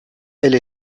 elle